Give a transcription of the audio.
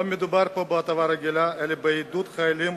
לא מדובר פה בהטבה רגילה, אלא בעידוד החיילים